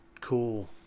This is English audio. cool